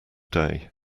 day